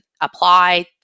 apply